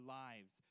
lives